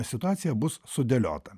situacija bus sudėliota